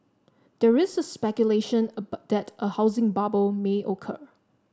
there is speculation that a housing bubble may occur